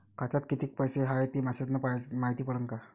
खात्यात किती पैसा हाय ते मेसेज न मायती पडन का?